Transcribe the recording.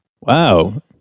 Wow